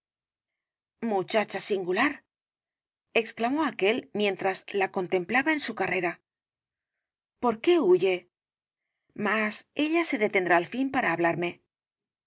muchacha singular exclamó aquél mientras la contemplaba en su carrera por qué huye mas ella se detendrá al fin para hablarme